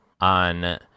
on